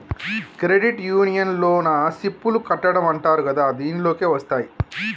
credit union లోన SIP లు కట్టడం అంటరు కదా దీనిలోకే వస్తాయ్